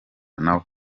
nawe